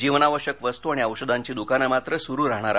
जीवनावश्यक वस्तू आणि औषधांची दुकानं मात्र सुरू राहणार आहेत